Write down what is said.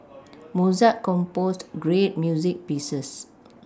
Mozart composed great music pieces